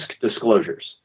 disclosures